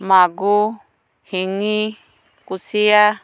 মাগুৰ শিঙি কুচিয়া